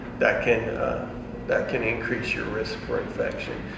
that can that can increase your risk for infection.